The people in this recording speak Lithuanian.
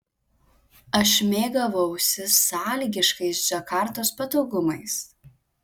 aš mėgavausi sąlygiškais džakartos patogumais